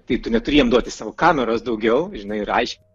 tai tu neturi jiem duoti savo kameros daugiau žinai aiškint